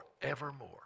forevermore